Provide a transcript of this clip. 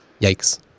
Yikes